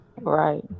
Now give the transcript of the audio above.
Right